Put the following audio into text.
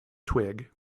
twig